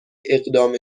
اقدام